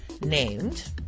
named